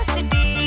City